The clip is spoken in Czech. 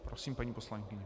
Prosím, paní poslankyně.